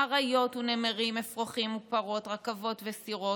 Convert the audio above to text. אריות ונמרים, אפרוחים ופרות, רכבות וסירות.